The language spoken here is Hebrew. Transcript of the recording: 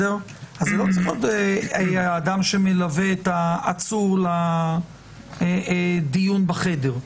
אז זה לא צריך להיות האדם שמלווה את העצור לדיון בחדר.